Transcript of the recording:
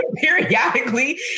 periodically